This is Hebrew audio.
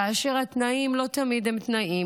כאשר התנאים הם לא תמיד תנאים.